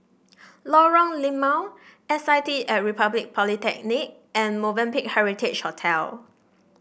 Lorong Limau S I T at Republic Polytechnic and Movenpick Heritage Hotel